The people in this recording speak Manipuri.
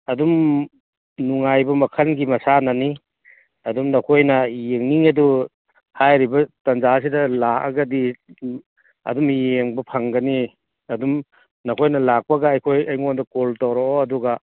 ꯑꯗꯨꯝ ꯅꯨꯡꯉꯥꯏꯕ ꯃꯈꯜꯒꯤ ꯃꯁꯥꯟꯅꯅꯤ ꯑꯗꯨꯝ ꯅꯈꯣꯏꯅ ꯌꯦꯡꯅꯤꯡꯉꯤꯗꯨ ꯍꯥꯏꯔꯤꯕ ꯇꯥꯟꯖꯥꯁꯤꯗ ꯂꯥꯛꯑꯒꯗꯤ ꯑꯗꯨꯝ ꯌꯦꯡꯕ ꯐꯪꯒꯅꯤ ꯑꯗꯨꯝ ꯅꯈꯣꯏꯅ ꯂꯥꯛꯄꯒ ꯑꯩꯉꯣꯟꯗ ꯀꯣꯜ ꯇꯧꯔꯛꯑꯣ ꯑꯗꯨꯒ